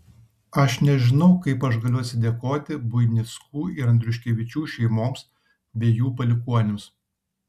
aš nežinau kaip aš galiu atsidėkoti buinickų ir andriuškevičių šeimoms bei jų palikuonims